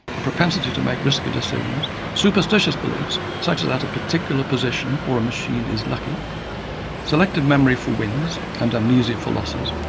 a propensity to make risky decisions, superstitious beliefs such that a particular position or a machine is lucky selective memory for wins and amnesia for losses,